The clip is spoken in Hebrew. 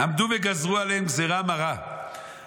"עמדו וגזרו עליהם גזרה מרה ועכורה,